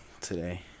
today